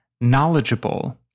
knowledgeable